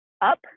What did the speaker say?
up